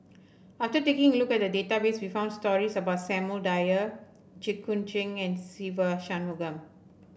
after taking a look at the database we found stories about Samuel Dyer Jit Koon Ch'ng and Se Ve Shanmugam